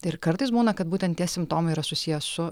ir kartais būna kad būtent tie simptomai yra susiję su